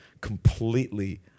completely